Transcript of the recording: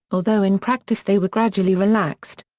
although in practice they were gradually relaxed.